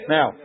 Now